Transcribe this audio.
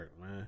man